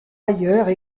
ailleurs